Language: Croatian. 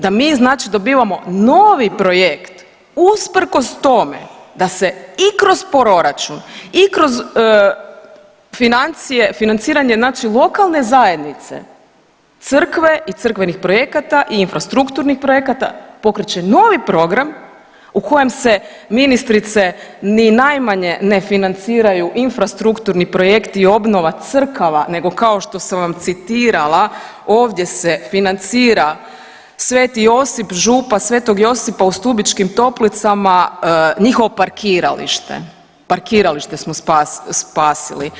Da mi znači dobivamo novi projekt usprkos tome da se i kroz proračun i kroz financiranje, znači lokalne zajednice crkve i crkvenih projekata i infrastrukturnih projekata pokreće novi program u kojem se ministrice ni najmanje ne financiraju infrastrukturni projekti i obnova crkava, nego kao što sam vam citirala ovdje se financira sveti Josip, župa svetog Josipa u Stubičkim toplicama, njihovo parkiralište, parkiralište smo spasili.